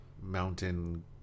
Mountain